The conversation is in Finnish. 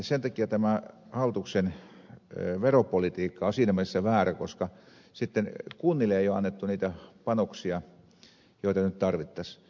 sen takia tämä hallituksen veropolitiikka on siinä mielessä väärä koska sitten kunnille ei ole annettu niitä panoksia joita nyt tarvittaisiin